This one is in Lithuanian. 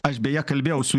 aš beje kalbėjau su